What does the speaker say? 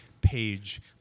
page